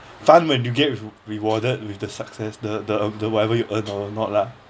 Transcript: fun when you get re~ rewarded with the success the the the whatever you earn or not lah